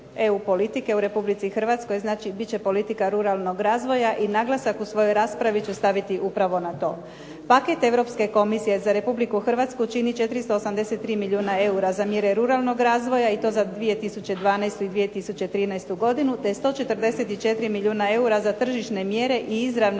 Hrvatskoj, znači bit će politika ruralnog razvoja i naglasak u svojoj raspravi ću staviti upravo na to. Paket Europske komisije za Republiku Hrvatsku čini 483 milijuna eura za mjere ruralnog razvoja i to za 2012. i 2013. godinu, te 144 milijuna eura za tržišne mjere i izravna